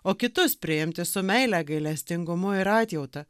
o kitus priimti su meile gailestingumu ir atjauta